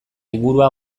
ingurua